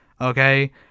okay